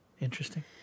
Interesting